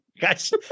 Guys